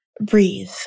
breathe